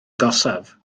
agosaf